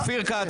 אופיר כץ